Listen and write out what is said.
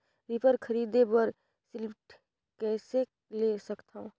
Reaper खरीदे बर subsidy कइसे ले सकथव?